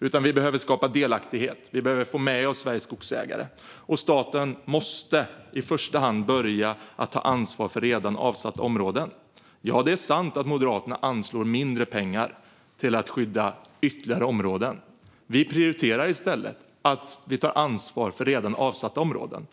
utan vi behöver skapa delaktighet och få med oss Sveriges skogsägare. Staten måste i första hand börja ta ansvar för redan avsatta områden. Ja, det är sant att Moderaterna anslår mindre pengar till att skydda ytterligare områden. Vi prioriterar i stället att ta ansvar för redan avsatta områden.